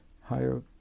higher